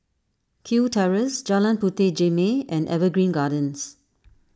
Kew Terrace Jalan Puteh Jerneh and Evergreen Gardens